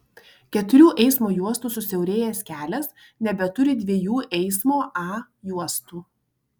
keturių eismo juostų susiaurėjęs kelias nebeturi dviejų eismo a juostų